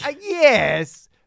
Yes